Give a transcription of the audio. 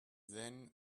then